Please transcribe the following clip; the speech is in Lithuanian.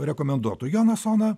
rekomenduotų jonasoną